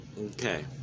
okay